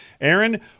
Aaron